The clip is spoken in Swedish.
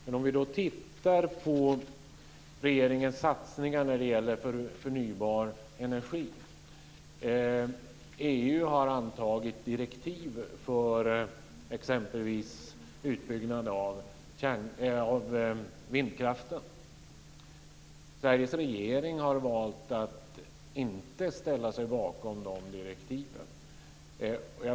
När det gäller regeringens satsningar på förnybar energi har EU antagit direktiv för exempelvis vindkraft. Sveriges regering har valt att inte ställa sig bakom dessa direktiv.